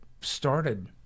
started